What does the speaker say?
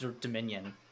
Dominion